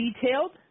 detailed